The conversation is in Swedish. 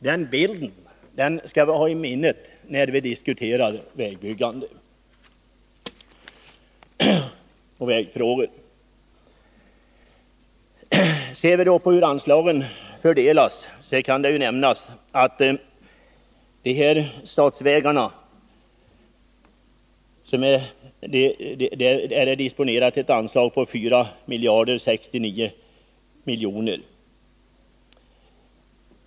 Den bilden skall vi ha i minnet när vi diskuterar vägbyggande och vägfrågor. Ser vi på hur anslaget fördelades finner vi att statsvägarna av anslaget 1979 disponerade 4 069 milj.kr.